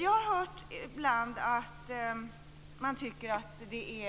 Jag har ibland hört att man tycker att vi